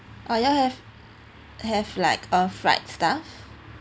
oh you all have have like a fried stuff